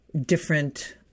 different